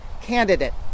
candidate